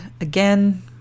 again